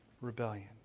rebellion